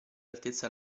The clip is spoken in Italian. altezza